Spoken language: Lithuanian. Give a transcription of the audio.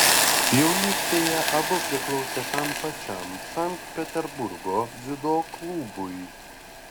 jaunystėje abu priklausė tam pačiam sankt peterburgo dziudo klubui